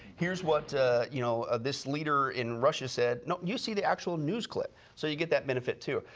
here's what you know this leader in russia said. no, you see the actual news clip so you get that benefit too.